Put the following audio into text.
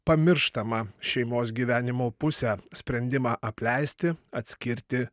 pamirštamą šeimos gyvenimo pusę sprendimą apleisti atskirti